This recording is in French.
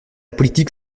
politique